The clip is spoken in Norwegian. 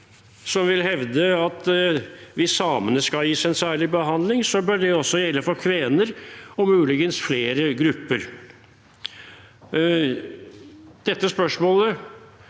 som vil hevde at hvis samene skal gis en særlig behandling, bør det også gjelde for kvener og muligens for flere grupper. Vi synes